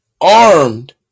armed